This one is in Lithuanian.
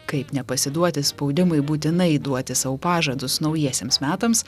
kaip nepasiduoti spaudimui būtinai duoti sau pažadus naujiesiems metams